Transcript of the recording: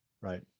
Right